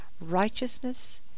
righteousness